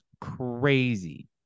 crazy